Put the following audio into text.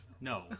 No